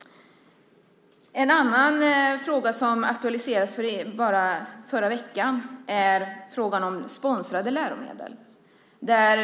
En annan fråga som aktualiserades förra veckan är sponsrade läromedel.